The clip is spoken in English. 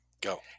Go